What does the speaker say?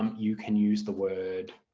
you can use the word